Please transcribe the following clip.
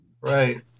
right